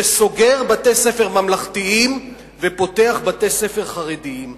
שסוגר בתי-ספר ממלכתיים ופותח בתי-ספר חרדיים.